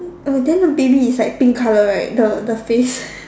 uh then the baby is like pink colour right the the face